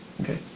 Okay